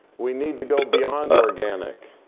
we need to go beyond organic.